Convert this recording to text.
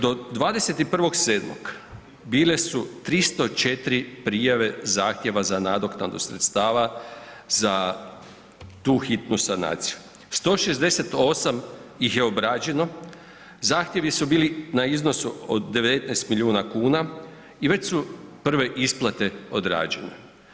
Do 21.7. bile su 304 prijave zahtjeva za nadoknadu sredstava za tu hitnu sanaciju, 168 ih je obrađeno, zahtjevi su bili na iznosu od 19 milijuna kuna i već su prve isplate odrađene.